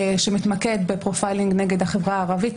שמתמקד בפרופיילינג נגד החברה הערבית,